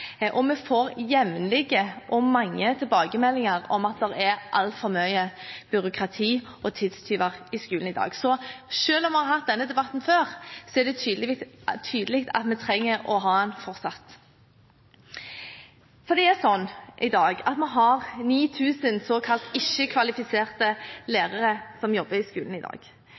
og vi får jevnlige og mange tilbakemeldinger om at det er altfor mye byråkrati og tidstyver i skolen i dag. Så selv om vi har hatt denne debatten før, er det tydelig at vi trenger å ha den fortsatt. Vi har 9 000 såkalt ikke-kvalifiserte lærere som jobber i skolen i dag. Vi har